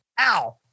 Ow